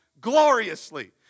gloriously